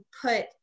put